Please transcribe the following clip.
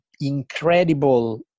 incredible